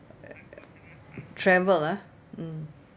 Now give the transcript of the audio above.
travel ah mm